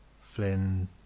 Flynn